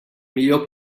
millor